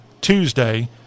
Tuesday